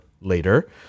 later